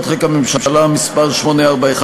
מ/841,